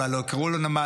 אולי לא יקראו לו נמל,